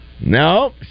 No